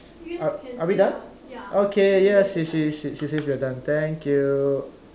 are are we done okay yes she she says we are done thank you